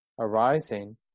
arising